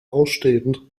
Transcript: ausstehend